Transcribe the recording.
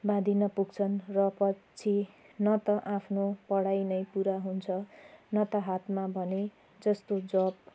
बाँधिन पुग्छन् र पछि न त आफ्नो पढाई नै पुरा हुन्छ न त हातमा भने जस्तो जब्